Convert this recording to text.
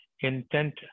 intent